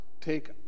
take